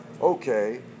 Okay